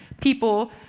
people